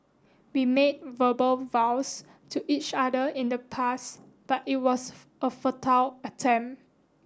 we made verbal vows to each other in the past but it was a futile attempt